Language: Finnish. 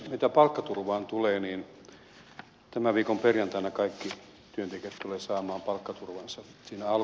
mitä palkkaturvaan tulee niin tämän viikon perjantaina kaikki työntekijät tulevat saamaan palkkaturvansa